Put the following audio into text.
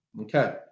Okay